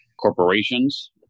corporations